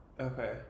Okay